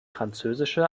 französische